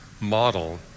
model